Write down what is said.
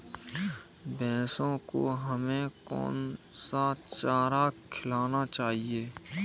भैंसों को हमें कौन सा चारा खिलाना चाहिए?